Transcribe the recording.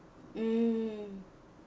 mm